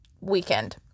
weekend